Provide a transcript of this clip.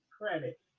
Credit